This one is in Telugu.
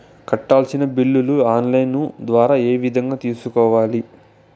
కట్టాల్సిన బిల్లులు ఆన్ లైను ద్వారా ఏ విధంగా తెలుసుకోవాలి?